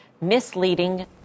misleading